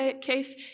case